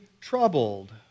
troubled